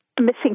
missing